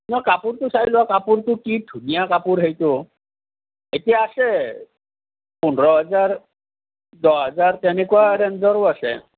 অঁ কাপোৰটো চাই লওক কাপোৰটো কি ধুনীয়া কাপোৰ সেইটো এতিয়া আছে পোন্ধৰ হেজাৰ দহ হেজাৰ তেনেকুৱা ৰেঞ্জৰো আছে